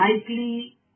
likely